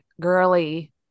girly